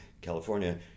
California